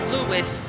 Lewis